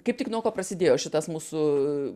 kaip tik nuo ko prasidėjo šitas mūsų